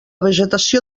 vegetació